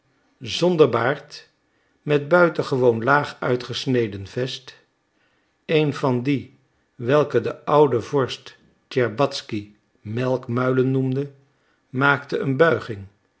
zonder baard met buitengewoon laag uitgesneden vest een van die welke de oude vorst tscherbatzky melkmuilen noemde maakte een buiging